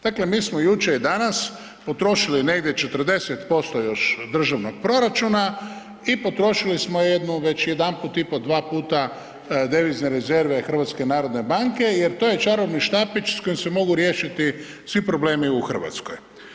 Dakle, mi smo jučer i danas potrošili negdje 40% još državnog proračuna i potrošili smo jednu već jedanput i po, dva puta devizne rezerve HNB-a jer to je čarobni štapić s kojim se mogu riješiti svi problemi u RH.